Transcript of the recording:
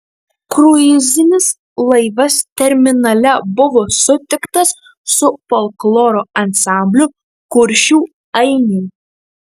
kruizinis laivas terminale buvo sutiktas su folkloro ansambliu kuršių ainiai